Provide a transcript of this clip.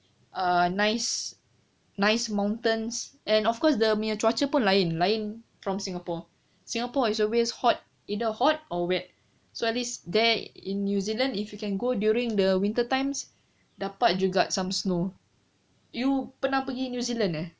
uh nice nice mountains and of course dia punya cuaca also lain lain from singapore singapore is always hot either hot or wet so at least there in new zealand if you can go during the winter times dapat juga some snow you pernah pergi new zealand eh